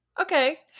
okay